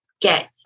get